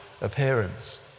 appearance